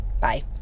Bye